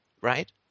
right